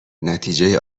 نتیجه